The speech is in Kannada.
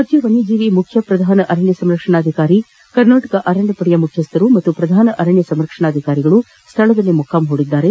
ರಾಜ್ಯ ವನ್ನಜೀವಿ ಮುಖ್ಯ ಪ್ರಧಾನ ಅರಣ್ಯ ಸಂರಕ್ಷಣಾಧಿಕಾರಿ ಕರ್ನಾಟಕ ಅರಣ್ಯ ಪಡೆ ಮುಖ್ಯಸ್ಥರು ಹಾಗೂ ಪ್ರಧಾನ ಅರಣ್ಯ ಸಂರಕ್ಷಣಾದಿಕಾರಿಗಳು ಸ್ಥಳದಲ್ಲೇ ಮೊಕ್ಕಾಂ ಹೂಡಿದ್ದಾರೆ